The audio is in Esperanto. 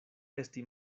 esti